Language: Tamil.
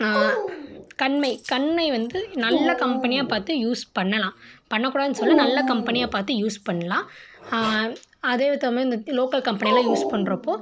கண்மை கண்மை வந்து நல்ல கம்பெனியாக பார்த்து யூஸ் பண்ணலாம் பண்ணக்கூடாதுனு சொல்லல நல்ல கம்பெனியாக பார்த்து யூஸ் பண்ணலாம் அதே பார்த்தம்னா இந்த லோக்கல் கம்பெனிலாம் யூஸ் பண்ணுறப்போ